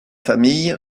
famille